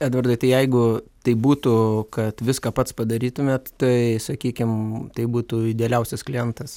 edvardai tai jeigu tai būtų kad viską pats padarytumėt tai sakykim tai būtų idealiausias klientas